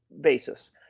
basis